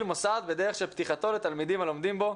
מוסד בדרך של פתיחתו לתלמידים הלומדים בו,